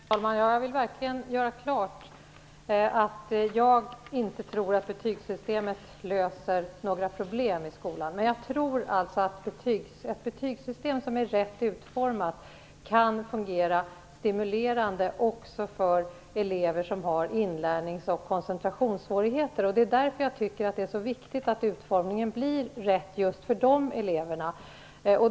Herr talman! Jag vill verkligen göra klart att jag inte tror att betygssystemet löser några problem i skolan. Men jag tror att ett betygssystem som är rätt utformat kan fungera stimulerande också för elever som har inlärnings och koncentrationssvårigheter. Det är därför som jag tycker att det är så viktigt att utformningen blir rätt just för dessa elever.